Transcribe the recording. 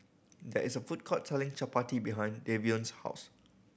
there is a food court selling Chapati behind Davion's house